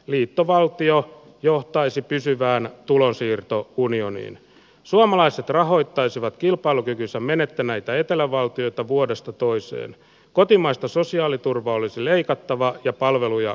liittovaltio johtaisi pysyvään tulonsiirtoa unionin suomalaiset rahoittaisivat kilpailukykynsä menettäneitä etelävaltioita vuodesta toiseen kotimaista sosiaaliturvaa olisi leikattava ja palveluja